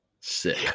Sick